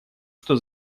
что